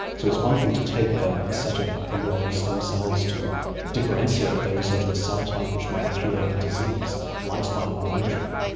so it's one thing to take ah a set of embryonic stem cells to differentiate those into a cell type which might cure disease like spinal cord injury,